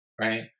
right